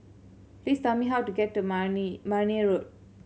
please tell me how to get to Marne Marne Road